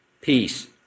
peace